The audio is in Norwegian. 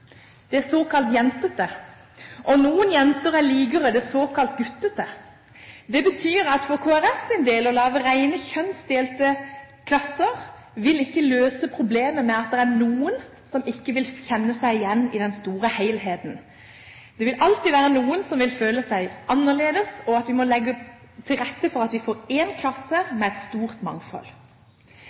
De er såkalt jentete. Og noen jenter er likere, eller såkalt guttete. For Kristelig Folkepartis del betyr det at å lage rene kjønnsdelte klasser ikke vil løse problemet med at det er noen som ikke vil kjenne seg igjen i den store helheten. Det vil alltid være noen som vil føle seg annerledes. Vi må legge til rette for at vi får én klasse med et stort mangfold.